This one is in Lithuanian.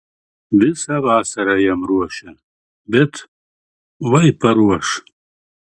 visą vasarą jam ruošia bet vai paruoš